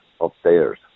upstairs